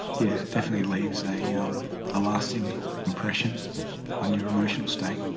yeah it definitely leaves a um ah lasting impression on your emotional state.